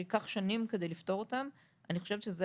שייקח שנים כדי לפתור אותן אני חושבת שזה